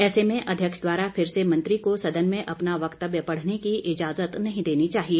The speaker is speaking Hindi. ऐसे में अध्यक्ष द्वारा फिर से मंत्री को सदन में अपना वक्तव्य पढ़ने की इजाजत नहीं देनी चाहिए